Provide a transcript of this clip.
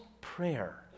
prayer